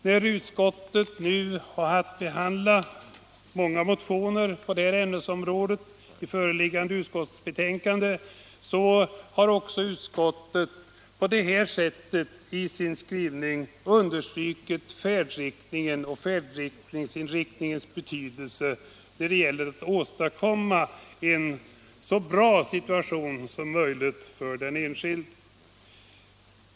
När utskottet i föreliggande betänkande har haft att behandla flera motioner på det här ämnesområdet, har också utskottet i sin skrivning understrukit färdriktningen och dess betydelse när det gäller att åstadkomma en så bra situation som möjligt för den enskilde.